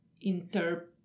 inter